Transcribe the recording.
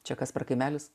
čia kas per kaimelis